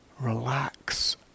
relax